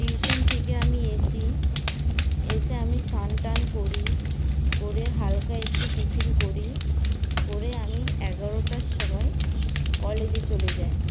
tuition থেকে আমি আসি এসে আমি স্নানটান করি করে হালকা একটু টিফিন করি করে আমি এগারোটার সময় কলেজে চলে যাই